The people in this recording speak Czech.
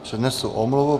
Přednesu omluvu.